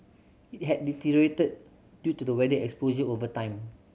it had deteriorated due to the weather exposure over time